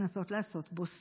לנסות לעשות בו סדר.